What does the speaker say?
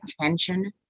attention